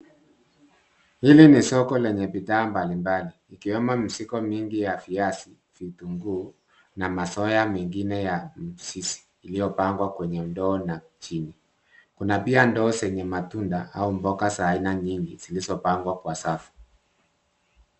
Hili ni soko lenye bidhaa mbalimbali ikiwemo mizigo mingi ya viazi, vitunguu na masoya mengine ya mizizi iliyopangwa kwenye ndoo na chini. Kuna pia ndoo zenye matunda au mboga za aina nyingi zilizopangwa kwa safu.